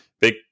big